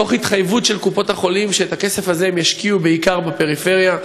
תוך התחייבות של קופות-החולים שאת הכסף הזה הם ישקיעו בעיקר בפריפריה.